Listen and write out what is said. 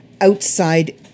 outside